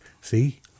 See